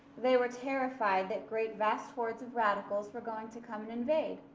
they were terrified that great vast hordes of radicals were going to come and invade,